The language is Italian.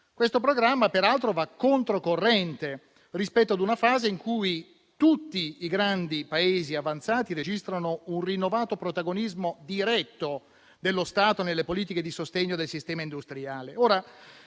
questo programma, che peraltro va controcorrente rispetto a una fase in cui tutti i grandi Paesi avanzati registrano un rinnovato protagonismo diretto dello Stato nelle politiche di sostegno del sistema industriale.